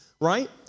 Right